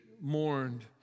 mourned